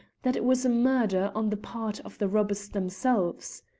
that it was a murder on the part of the robbers themselves.